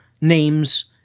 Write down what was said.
names